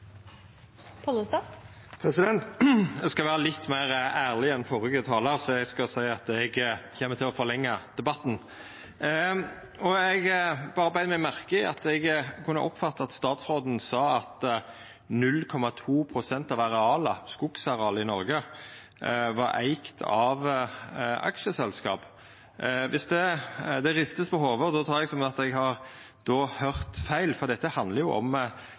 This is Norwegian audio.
dessverre. Eg skal vera litt meir ærleg enn førre talar, så eg skal seia at eg kjem til å forlengja debatten. Eg beit meg merke i og oppfatta at statsråden sa at 0,2 pst. av skogarealet i Noreg var eigd av aksjeselskap. Det vert rista på hovudet, og då tek eg det som om eg har høyrt feil, for dette handlar om